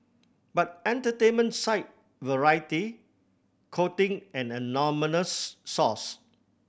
but entertainment site Variety quoting an anonymous source